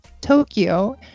Tokyo